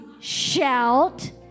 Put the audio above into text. shout